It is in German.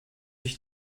ich